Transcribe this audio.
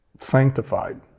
sanctified